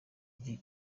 iki